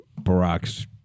Barack's